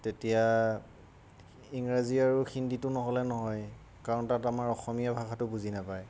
তেতিয়া ইংৰাজী আৰু হিন্দীটো নহ'লে নহয়েই কাৰণ তাত আমাৰ অসমীয়া ভাষাটো বুজি নাপায়